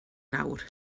nawr